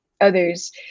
others